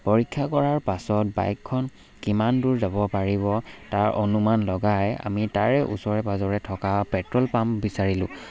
পৰীক্ষা কৰাৰ পাছত বাইকখন কিমান দূৰ যাব পাৰিব তাৰ অনুমান লগাই আমি তাৰে ওচৰে পাঁজৰে থকা পেট্ৰল পাম্প বিচাৰিলোঁ